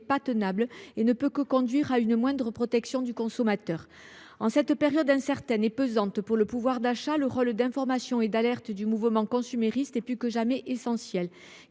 pas tenable et ne peut que conduire à une moindre protection du consommateur. En cette période incertaine et pesante pour le pouvoir d’achat, le rôle d’information et d’alerte du mouvement consumériste est plus que jamais essentiel.